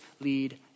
lead